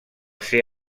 ser